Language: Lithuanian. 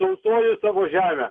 tausoju savo žemę